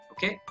Okay